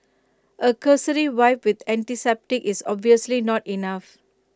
A cursory wipe with antiseptic is obviously not enough